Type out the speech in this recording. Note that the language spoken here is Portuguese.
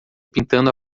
pintando